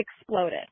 exploded